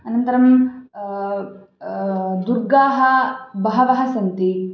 अनन्तरं दुर्गाः बहवः सन्ति